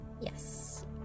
Yes